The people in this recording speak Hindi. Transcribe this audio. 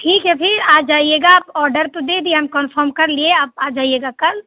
ठीक है फिर आ जाइएगा आप ऑर्डर तो दे दिए हम कंफ़र्म कर लिए आप आ जाइएगा कल